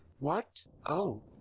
what? oh,